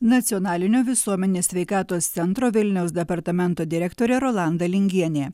nacionalinio visuomenės sveikatos centro vilniaus departamento direktorė rolanda lingienė